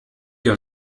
your